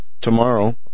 tomorrow